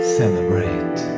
celebrate